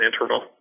interval